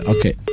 Okay